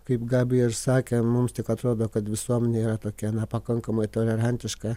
kaip gabija ir sakė mums tik atrodo kad visuomenė yra tokia na pakankamai tolerantiška